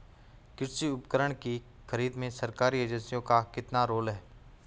कृषि उपकरण की खरीद में सरकारी एजेंसियों का कितना रोल है?